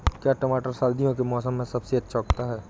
क्या टमाटर सर्दियों के मौसम में सबसे अच्छा उगता है?